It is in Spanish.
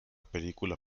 película